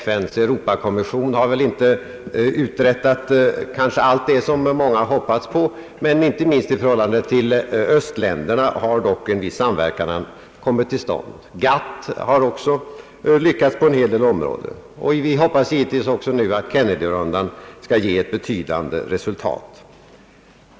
FN:s Europakommission har kanske inte uträttat allt det som många har hoppats på, men inte minst i förhållande till östländerna har dock en viss samverkan kommit till stånd. GATT har också lyckats på en hel del områden, och vi hoppas givetvis nu att Kennedyrundan skall ge ett betydande resultat.